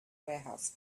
warehouse